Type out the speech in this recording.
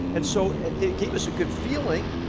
and so it gave us a good feeling,